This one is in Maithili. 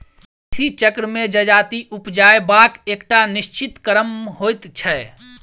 कृषि चक्र मे जजाति उपजयबाक एकटा निश्चित क्रम होइत छै